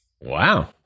Wow